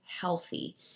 healthy